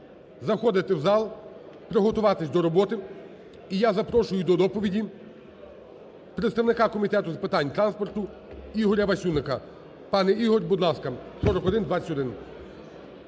заходити в зал, приготуватись до роботи. І я запрошую до доповіді представника Комітету з питань транспорту Ігоря Васюника. Пане Ігор, будь ласка, 4121.